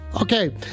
Okay